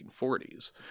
1940s